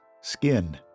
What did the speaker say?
skin